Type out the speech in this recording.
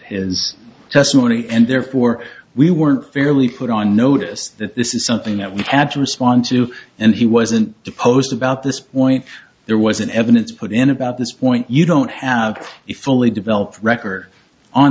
his testimony and therefore we were fairly put on notice that this is something that we had to respond to and he wasn't deposed about this point there was an evidence put in about this point you don't have a fully developed record on